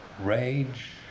rage